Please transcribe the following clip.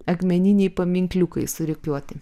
akmeniniai paminkliukai surikiuoti